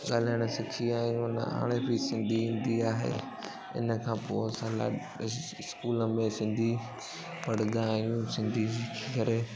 ॻाल्हाइण सिखी विया आहियूं न हाणे बि सिंधी ईंदी आहे हिन खां पोइ असां लाइ स्कूल में सिंधी पढ़ंदा आहियूं सिंधी सिखी करे